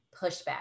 pushback